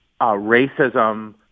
racism